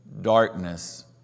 darkness